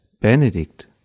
Benedict